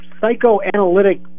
psychoanalytic